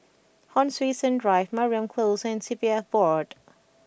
Hon Sui Sen Drive Mariam Close and C P F Board